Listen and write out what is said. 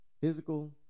physical